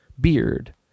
Beard